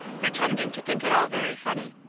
pretending to think it all very funny.